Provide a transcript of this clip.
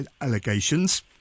allegations